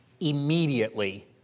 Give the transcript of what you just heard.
immediately